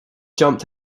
jumped